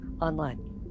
online